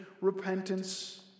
repentance